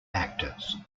actors